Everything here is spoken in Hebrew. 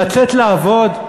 לצאת לעבוד?